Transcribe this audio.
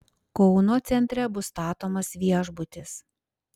kauno centre bus statomas viešbutis